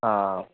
ആ ആ